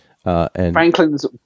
Franklin's